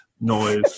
noise